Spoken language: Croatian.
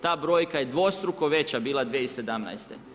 Ta brojka je dvostruko veća bila 2017.